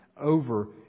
over